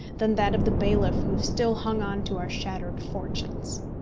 than that of the bailiff who still hung on to our shattered fortunes.